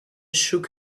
shook